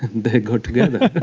they go together